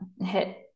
hit